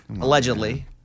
Allegedly